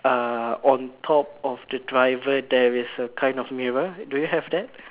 uh on top of the driver there is a kind of mirror do you have that